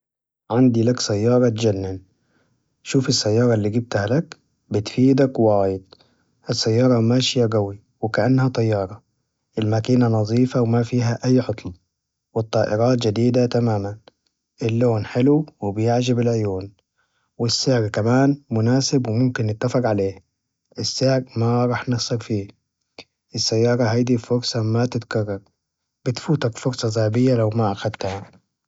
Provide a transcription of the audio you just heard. عندي لك سيارة تجنن، شوف السيارة إللي جبتها لك بتفيدك وايد، السيارة ماشية جوي وكأنها طيارة، المكينة نظيفة وما فيها أي عطل والطائرات جديدة تماما، اللون حلو وبيعجب العيون، والسعر كمان مناسب وممكن نتفق عليه، السعر ما راح نخسر فيه السيارة هادي فرصة ما تتكرر، بتفوتك فرصة زهبية لو ما أخدتها.